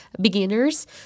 beginners